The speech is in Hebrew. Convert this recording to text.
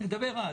נדבר אז.